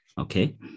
Okay